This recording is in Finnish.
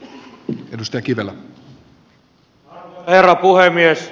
arvoisa herra puhemies